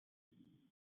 you